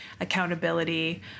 accountability